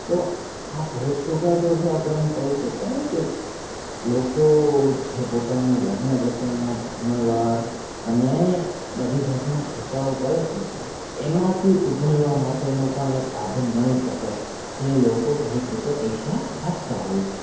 તો આ ભેટસોગાદો જે આપણે આમ કહી શકાય કે લોકો જે પોતાના લગ્ન પ્રસંગમાં જમણવાર અને બધી જાતના ખર્ચાઓ કરે છે એમાંથી ઉભરવા માટેનો પણ એક સાધન ગણી શકાય જે લોકો ભેટ રૂપે પૈસા આપતા હોય છે